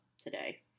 today